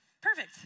Perfect